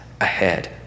ahead